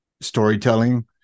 storytelling